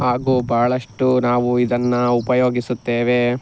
ಹಾಗೂ ಬಹಳಷ್ಟು ನಾವು ಇದನ್ನು ಉಪಯೋಗಿಸುತ್ತೇವೆ